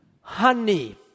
Honey